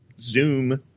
Zoom